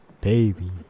baby